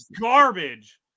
garbage